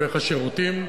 איך השירותים.